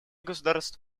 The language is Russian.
государств